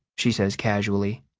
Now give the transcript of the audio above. she says casually.